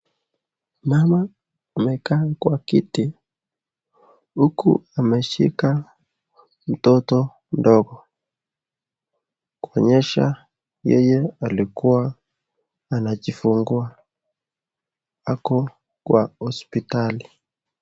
Mama amekaa kwa kiti huku akiwa ameshika mtoto mdogo kuonyesha yeye alikuwa anajifungua ako kwa hospitali.